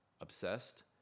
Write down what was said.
obsessed